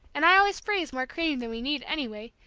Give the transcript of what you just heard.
and i always freeze more cream than we need, anyway,